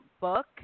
book